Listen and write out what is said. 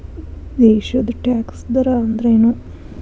ದೇಶದ್ ಟ್ಯಾಕ್ಸ್ ದರ ಅಂದ್ರೇನು?